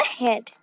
ahead